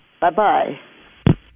Bye-bye